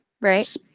right